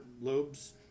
lobes